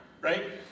right